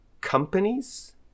companies